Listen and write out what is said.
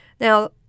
Now